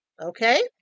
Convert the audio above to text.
Okay